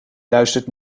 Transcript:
luistert